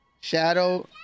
Shadow